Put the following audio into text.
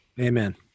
Amen